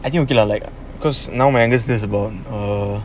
I think okay lah like cause now my youngest is about err